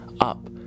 up